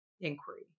inquiry